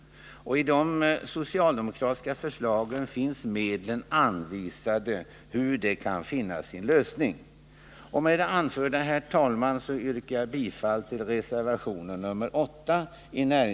Nr 164 I de socialdemokratiska förslagen finns medlen anvisade för hur problemen Torsdagen den kan finna sin lösning. 5 juni 1980 Med det anförda, herr talman, yrkar jag bifall till reservationen nr 8 i